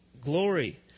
glory